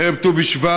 ערב ט"ו בשבט,